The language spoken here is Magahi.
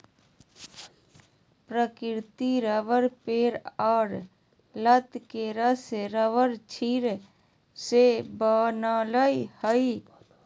प्राकृतिक रबर पेड़ और लत के रस रबरक्षीर से बनय हइ